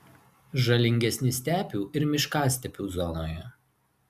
žalingesni stepių ir miškastepių zonoje